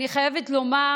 אני חייבת לומר